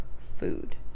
food